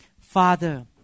Father